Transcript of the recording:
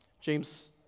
James